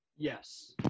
Yes